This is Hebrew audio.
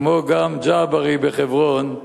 כמו גם ג'עברי בחברון,